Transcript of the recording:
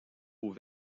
aux